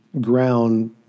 ground